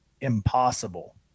impossible